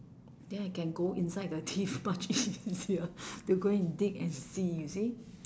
then I can go inside the teeth much easier to go and dig and see you see